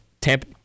Tampa